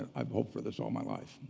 i've hoped for this all my life,